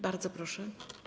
Bardzo proszę.